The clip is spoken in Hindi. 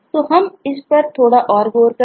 तो हम इस पर थोड़ा और गौर करें